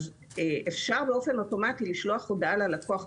אז אפשר באופן אוטומטי לשלוח הודעה ללקוח,